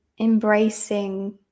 embracing